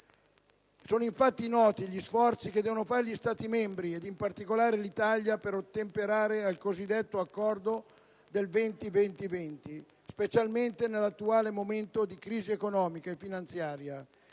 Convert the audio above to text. Sono infatti noti gli sforzi che devono compiere gli Stati membri, e in particolare l'Italia, per ottemperare al cosiddetto Accordo del 20-20-20, specialmente nell'attuale momento di crisi economica e finanziaria